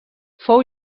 fou